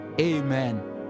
amen